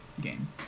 game